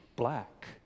black